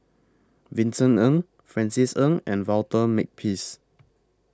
Vincent Ng Francis Ng and Walter Makepeace